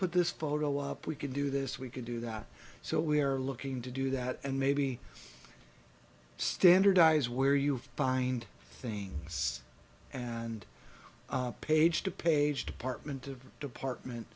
put this photo up we can do this we can do that so we are looking to do that and maybe standardize where you find things and page to page department of department